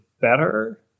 better